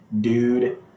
dude